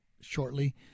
shortly